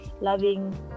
loving